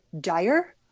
dire